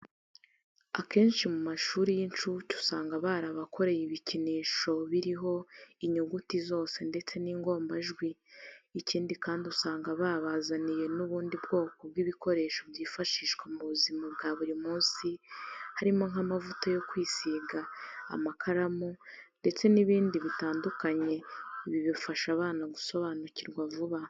Akenshi mu mashuri y'inshuke usanga barabakoreye ibikinishobiriho inyuguti zose ndetse n'ingombajwi, ikindi kandi usanga babazaniye n'ubundi bwoko bwibikoresho byifashishwa mu buzima bwa buri munsi harimo nk'amavuta yo kwisiga, amakaramu ndetse n'ibindi bitandukanye ibi bifasha abana gusobanukirwa vuba.